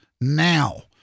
now